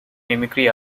mimicry